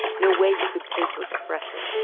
no way he could think to express it.